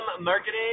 marketing